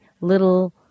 little